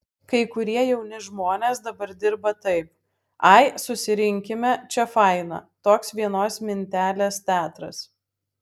kai kurie jauni žmonės dabar dirba taip ai susirinkime čia faina toks vienos mintelės teatras